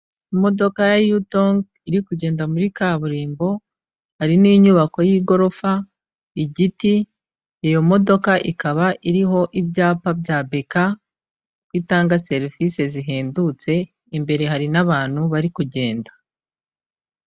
Imodoka ya yutongi iri kugenda muri kaburimbo hari n'inyubako y'igorofa, igiti, iyo modoka ikaba iriho ibyapa bya BK ko itanga serivisi zihendutse imbere hari n'abantu bari kugenda.